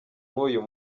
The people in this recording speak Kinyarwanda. nk’uyu